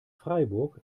freiburg